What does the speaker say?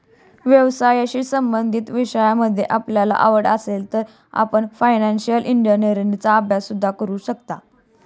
व्यवसायाशी संबंधित विषयांमध्ये आपल्याला आवड असेल तर आपण फायनान्शिअल इंजिनीअरिंगचा अभ्यास सुद्धा करू शकता